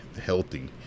healthy